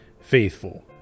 faithful